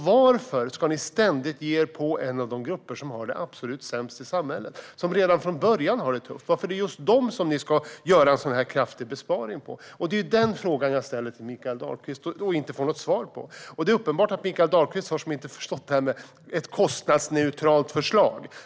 Varför ska ni ständigt ge er på en av de grupper som har det absolut sämst i samhället och som redan från början har det tufft? Varför är det just dem som ni ska göra en sådan här kraftig besparing på? Det är denna fråga jag ställer till Mikael Dahlqvist och inte får något svar på. Det är uppenbart att Mikael Dahlqvist inte har förstått detta med ett kostnadsneutralt förslag.